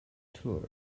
tour